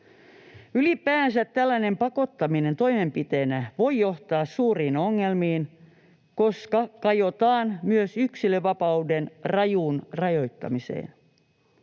Ylipäänsä tällainen pakottaminen toimenpiteenä voi johtaa suuriin ongelmiin, koska kajotaan myös yksilönvapauden rajuun rajoittamiseen.